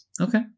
Okay